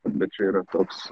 bet čia yra toks